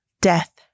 death